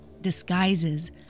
disguises